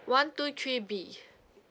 one two three B